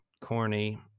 corny